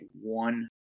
one